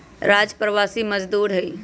राजू प्रवासी मजदूर हई